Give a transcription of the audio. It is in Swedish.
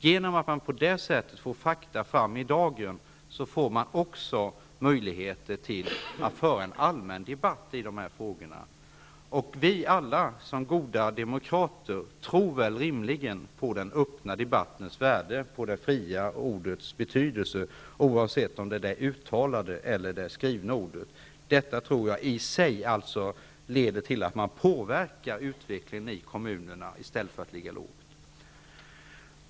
Genom att man på det sättet får fakta fram i dagen skapar man också möjligheter att föra en allmän debatt i de här frågorna. Rimligen tror vi alla som goda demokrater på den öppna debattens värde, på det fria ordets betydelse, oavsett om det är det talade eller det skrivna ordet. Detta tror jag i sig leder till att man bör påverka utvecklingen i kommunerna i stället för att ligga lågt.